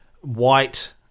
white